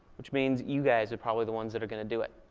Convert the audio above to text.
which means you guys are probably the ones that are going to do it.